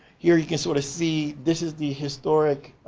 here you can sort of see, this is the historic